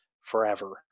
forever